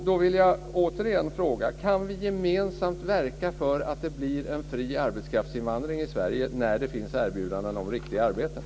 Då vill jag återigen fråga: Kan vi gemensamt verka för att det blir en fri arbetskraftsinvandring i Sverige, när det finns erbjudanden om riktiga arbeten?